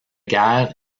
guerre